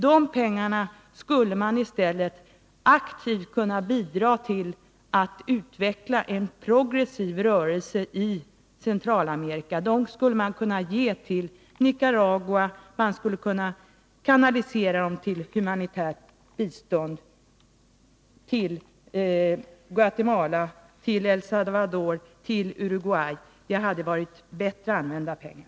Dessa pengar borde i stället kunna bidra till att utveckla eri progressiv rörelse i Centralamerika. Dessa pengar borde kunna ges till Nicarägua, och man borde kunna kanalisera dem till humanitärt bistånd — till Guatemala, till El Salvador och till Uruguay — det hade varit bättre använda pengar.